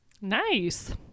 nice